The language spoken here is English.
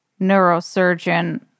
neurosurgeon